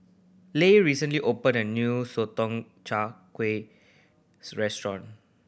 Leah recently opened a new Sotong Char Kway restaurant